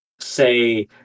say